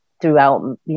throughout